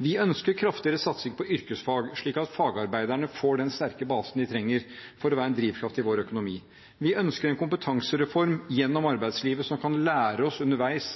Vi ønsker kraftigere satsing på yrkesfag, slik at fagarbeiderne får den sterke basen de trenger for å være en drivkraft i vår økonomi. Vi ønsker en kompetansereform gjennom arbeidslivet som kan lære oss underveis